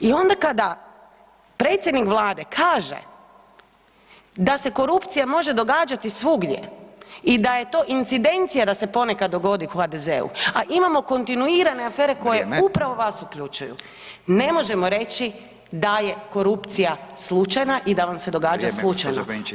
I onda kada predsjednik Vlade kaže da se korupcija može događati svugdje i da je to incidencija da se ponekad dogodi u HDZ-u, a imamo kontinuirane afere koje upravo vas uključuju, ne možemo reći da je korupcija slučajna i da vam se događa [[Upadica Radin: Vrijeme.]] slučajno.